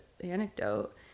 anecdote